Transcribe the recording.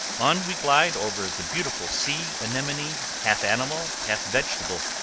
on we glide over the beautiful sea anemone, half animal, half vegetable,